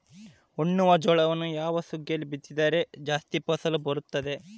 ಉಣ್ಣುವ ಜೋಳವನ್ನು ಯಾವ ಸುಗ್ಗಿಯಲ್ಲಿ ಬಿತ್ತಿದರೆ ಜಾಸ್ತಿ ಫಸಲು ಬರುತ್ತದೆ?